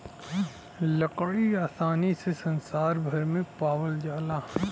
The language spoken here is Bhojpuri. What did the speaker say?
लकड़ी आसानी से संसार भर में पावाल जाला